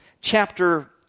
chapter